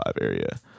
area